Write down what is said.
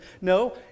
No